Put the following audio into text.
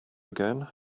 again